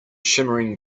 shimmering